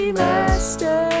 master